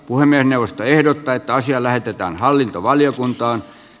puhemiesneuvosto ehdottaa että asia lähetetään lakivaliokuntaan